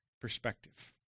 perspective